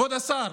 כבוד השר,